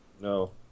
No